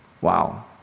Wow